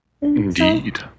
Indeed